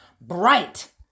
bright